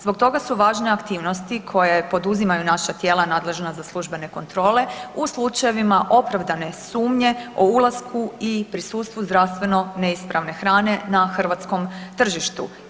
Zbog toga su važne aktivnosti koje poduzimaju naša tijela nadležna za službene kontrole u slučajevima opravdane sumnje o ulasku i prisustvu zdravstveno neispravne hrane na hrvatskom tržištu.